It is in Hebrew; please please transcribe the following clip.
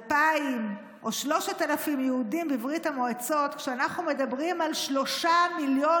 2,000 או 3,000 יהודים בברית המועצות כשאנחנו מדברים על שלושה מיליון